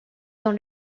dans